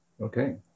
Okay